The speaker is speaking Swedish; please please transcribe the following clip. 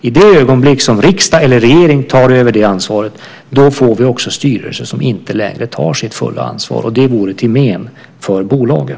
I det ögonblick som riksdag eller regering tar över det ansvaret får vi också styrelser som inte längre tar sitt fulla ansvar. Det vore till men för bolagen.